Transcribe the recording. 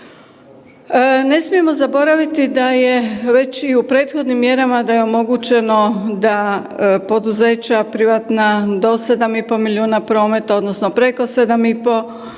Ne smijemo zaboraviti da je već i u prethodnim mjerama da je omogućeno da poduzeća privatna do 7,5 milijuna prometa odnosno preko 7,5 sa